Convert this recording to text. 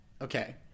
Okay